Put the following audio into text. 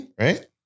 Right